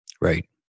Right